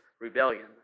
rebellion